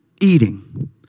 Eating